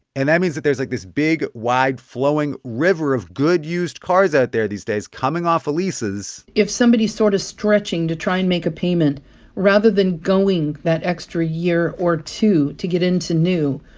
and that means that there's, like, this big, wide flowing river of good used cars out there these days coming off of leases if somebody's sort of stretching to try and make a payment rather than going that extra year or two to get into new,